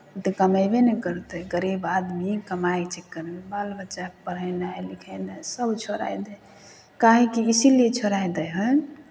ओ तऽ कमेबे ने करतै गरीब आदमी कमाय चक्करमे बाल बच्चाकेँ पढ़ेनाइ लिखेनाइ सभ छोड़ाए दै काहेकी इसीलिए छोड़ाए दै हइ